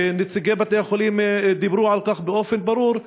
ונציגי בתי-החולים דיברו על כך באופן ברור,